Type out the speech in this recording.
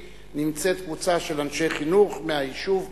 נמצאת קבוצה של אנשי חינוך מהיישוב בני-עי"ש.